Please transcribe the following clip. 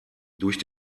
durch